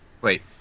Wait